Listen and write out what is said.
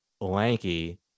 lanky